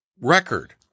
record